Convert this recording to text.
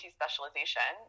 specialization